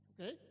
Okay